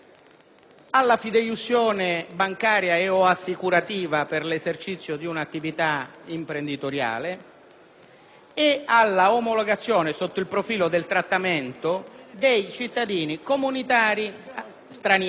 e alla omologazione, sotto il profilo del trattamento, dei cittadini comunitari stranieri agli extracomunitari. Qual è allora la questione, cari colleghi moderati del Popolo della Libertà?